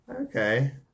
Okay